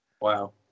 Wow